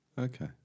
Okay